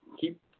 keep